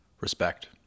respect